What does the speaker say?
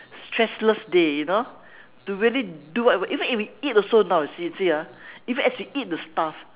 stressless day you know to really do what you want what even if we eat also you know you see ah even as we eat it's tough